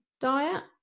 diet